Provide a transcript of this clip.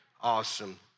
Awesome